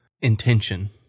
intention